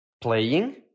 playing